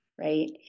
Right